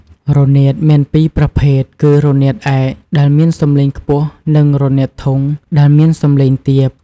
រនាតមានពីរប្រភេទ គឺ រនាតឯក ដែលមាន សំឡេងខ្ពស់ និង រនាតធុង ដែលមាន សំឡេងទាប។